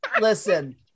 Listen